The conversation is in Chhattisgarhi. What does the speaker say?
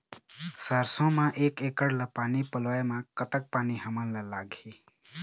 सरसों म एक एकड़ ला पानी पलोए म कतक पानी हमन ला लगही?